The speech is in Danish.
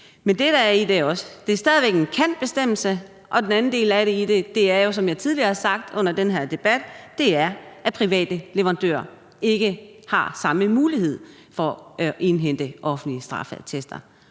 det er jo, som jeg tidligere har sagt under den her debat, at private leverandører ikke har samme mulighed for at indhente offentlige straffeattester;